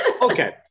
Okay